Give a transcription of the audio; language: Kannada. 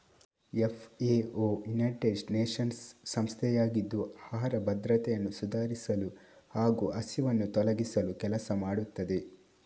ಎಫ್.ಎ.ಓ ಯುನೈಟೆಡ್ ನೇಷನ್ಸ್ ಸಂಸ್ಥೆಯಾಗಿದ್ದು ಆಹಾರ ಭದ್ರತೆಯನ್ನು ಸುಧಾರಿಸಲು ಹಾಗೂ ಹಸಿವನ್ನು ತೊಲಗಿಸಲು ಕೆಲಸ ಮಾಡುತ್ತದೆ